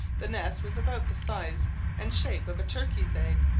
the nest was about the size and shape of a turkey's egg,